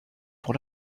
pour